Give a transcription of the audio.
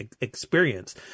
experience